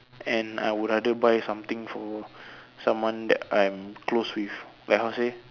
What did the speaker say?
and I would rather buy something for someone that I'm close with like how to say